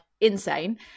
insane